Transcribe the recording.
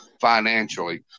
financially